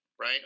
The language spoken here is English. right